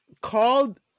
called